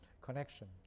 connection